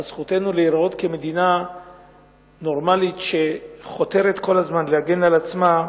זכותנו להיראות כמדינה נורמלית שחותרת כל הזמן להגן על עצמה.